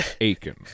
Aiken